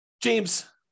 James